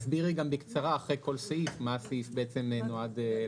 תסבירי גם בקצרה אחרי כל סעיף מה הוא נועד לעשות.